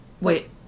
Wait